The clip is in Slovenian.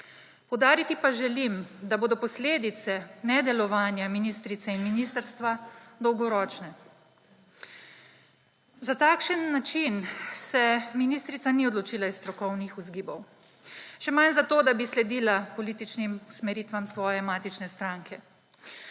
Poudariti pa želim, da bodo posledice nedelovanja ministrice in ministrstva dolgoročne. Za takšen način se ministrica ni odločila iz strokovnih vzgibov, še manj zato, da bi sledila političnim usmeritvam svoje matične stranke.